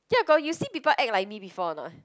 ya got you see people act like me before or not